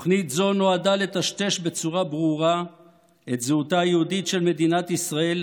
תוכנית זו נועדה לטשטש בצורה ברורה את זהותה היהודית של מדינת ישראל